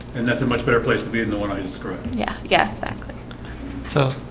and that's a much better place to be in the one i described. yeah. yeah, exactly so,